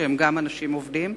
שהם גם אנשים עובדים,